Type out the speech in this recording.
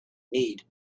need